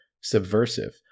subversive